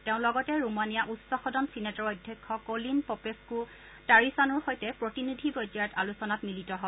তেওঁ লগতে ৰোমানিয়া উচ্চ সদন চিনেটৰ অধ্যক্ষ কলিন পপেস্থু তাৰিচানুৰ সৈতে প্ৰতিনিধি পৰ্যায়ত আলোচনাত মিলিত হয়